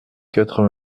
quatre